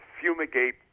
fumigate